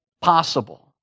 possible